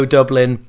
Dublin